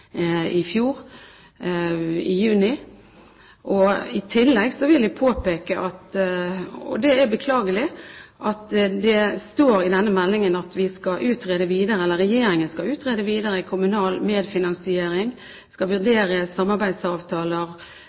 i fjor. I tillegg vil jeg påpeke – og det er beklagelig – at det står i denne meldingen at Regjeringen skal utrede videre kommunal medfinansiering, skal vurdere videre samarbeidsavtaler